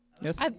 Yes